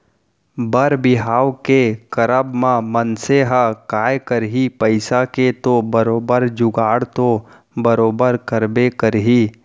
बर बिहाव के करब म मनसे ह काय करही पइसा के तो बरोबर जुगाड़ तो बरोबर करबे करही